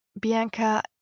Bianca